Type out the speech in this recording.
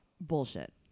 bullshit